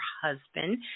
husband